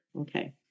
okay